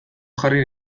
jarri